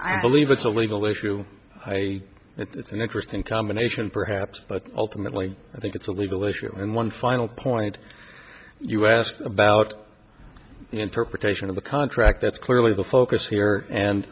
i believe it's a legal issue i it's an interesting combination perhaps but ultimately i think it's a legal issue and one final point us about interpretation of the contract that's clearly the focus here and